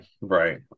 right